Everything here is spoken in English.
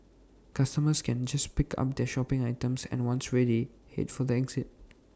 customers can just pick up their shopping items and once ready Head for the exit